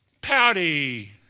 pouty